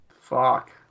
Fuck